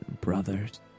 brothers